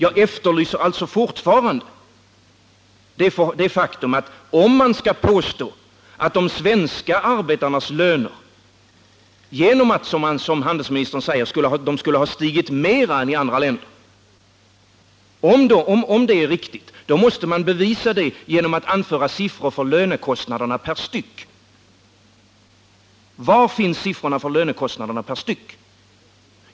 Om det är riktigt som handelsministern påstår att de svenska arbetarnas löner skulle ha stigit mera än i andra länder, måste man kunna bevisa detta genom att anföra siffror för lönekostnaderna per styck. Var finns siffrorna för lönekostnaderna per styck?